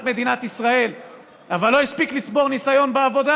מדינת ישראל אבל לא הספיק לצבור ניסיון בעבודה